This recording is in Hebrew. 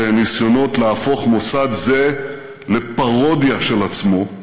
ניסיונות להפוך מוסד זה לפרודיה של עצמו.